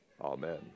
Amen